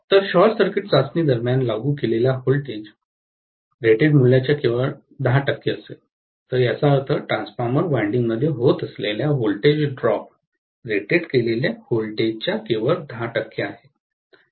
तर short circuit चाचणी दरम्यान लागू केलेला व्होल्टेज रेटेड मूल्याच्या केवळ 10 टक्के असेल तर याचा अर्थ ट्रान्सफॉर्मर वायंडिंग मध्ये होत असलेल्या व्होल्टेज ड्रॉप रेटेड केलेल्या व्होल्टेजच्या केवळ 10 टक्के आहे